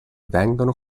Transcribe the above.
vengono